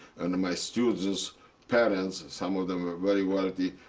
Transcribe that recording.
and my students' parents, some of them were very wealthy.